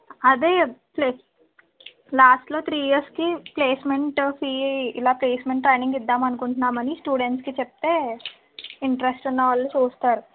అదే ప్లే క్లాస్లో త్రీ ఇయర్స్కి ప్లేస్మెంట్ ఫి ఇలా ప్లేస్మెంట్ ట్రైనింగ్ ఇద్దామనుకుంటున్నామని స్టూడెంట్స్కి చెప్తే ఇంట్రస్ట్ ఉన్నవాళ్లు చూస్తారు